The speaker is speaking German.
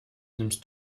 nimmst